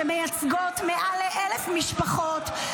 שמייצגות מעל 1,000 משפחות,